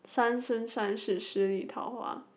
三生三世十里桃花